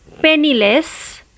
Penniless